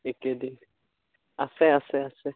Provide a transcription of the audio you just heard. এইকেইদিন আছে আছে আছে